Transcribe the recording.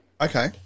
Okay